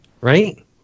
Right